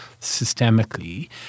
systemically